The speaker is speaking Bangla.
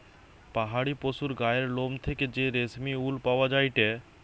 পাহাড়ি পশুর গায়ের লোম থেকে যে রেশমি উল পাওয়া যায়টে